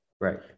Right